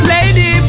Lady